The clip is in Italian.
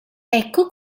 ecco